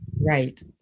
Right